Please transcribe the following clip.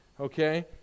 Okay